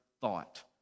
thought